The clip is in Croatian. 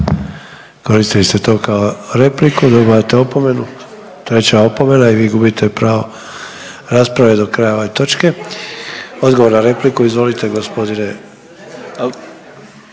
Koristili ste to kao repliku i dobivate opomenu, treća opomena i vi gubite pravo rasprave do kraja ove točke. Odgovor na repliku, izvolite gospodine.